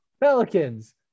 Pelicans